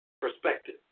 perspective